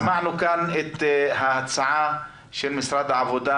שמענו כאן את ההצעה של משרד העבודה